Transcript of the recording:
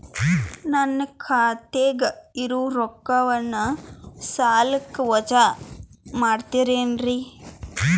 ನನ್ನ ಖಾತಗ ಇರುವ ರೊಕ್ಕವನ್ನು ಸಾಲಕ್ಕ ವಜಾ ಮಾಡ್ತಿರೆನ್ರಿ?